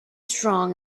strong